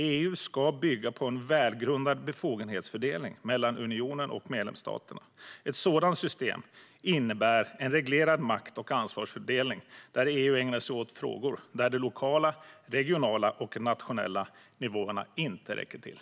EU ska bygga på en välgrundad befogenhetsfördelning mellan unionen och medlemsstaterna. Ett sådant system innebär en reglerad makt och ansvarsfördelning där EU ägnar sig åt frågor där de lokala, regionala och nationella nivåerna inte räcker till.